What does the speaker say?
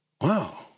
Wow